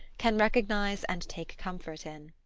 can recognize and take comfort in.